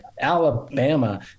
Alabama